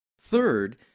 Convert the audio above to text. Third